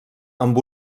amb